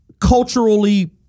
culturally